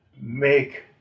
make